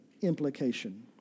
implication